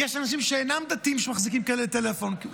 יש אנשים שאינם דתיים שמחזיקים כאלה טלפונים,